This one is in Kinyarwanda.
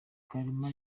kalima